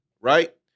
right